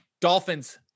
Dolphins